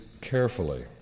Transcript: carefully